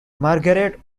margaret